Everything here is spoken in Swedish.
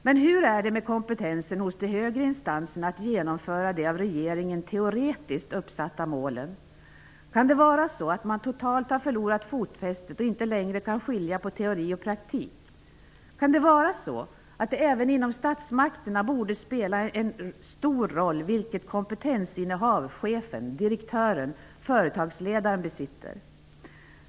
Men hur är det med kompetensen hos de högre instanserna när det gäller att genomföra de av regeringen teoretiskt uppsatta målen? Kan det vara så att man totalt har förlorat fotfästet och inte längre kan skilja på teori och praktik? Kan det vara så att det även inom statsmakterna borde spela en stor roll vilket kompetensinnehav chefen, direktören, företagsledaren besitter?